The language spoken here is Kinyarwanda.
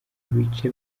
bice